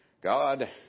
God